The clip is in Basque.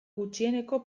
gutxieneko